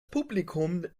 publikum